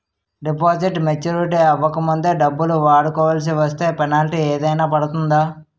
Deposit maturity అవ్వక ముందే డబ్బులు వాడుకొవాల్సి వస్తే పెనాల్టీ ఏదైనా పడుతుందా?